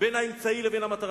בין האמצעי לבין המטרה.